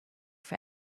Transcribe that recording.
für